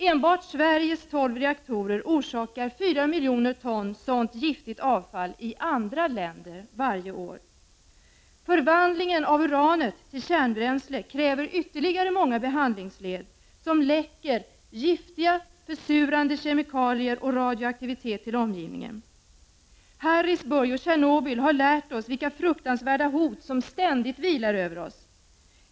Enbart Sveriges tolv reaktorer orsakar fyra miljoner ton av sådant giftigt avfall i andra länder varje år. Förvandlingen av uranet till kärnbränsle kräver ytterligare många behandlingsled som läcker giftiga, försurande kemikalier och radioaktivitet till omgivningen. Harrisburg och Tjernobyl har lärt oss vilka fruktansvärda hot som ständigt vilar över oss.